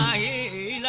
yeah e